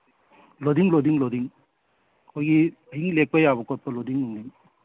lodging ꯂꯣꯗꯤꯡ ꯂꯣꯗꯤꯡ ꯑꯩꯈꯣꯏꯒꯤ ꯑꯍꯤꯡ ꯂꯦꯛꯄ ꯌꯥꯕ ꯂꯣꯗꯤꯡ ꯅꯨꯡꯂꯤꯡ